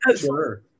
sure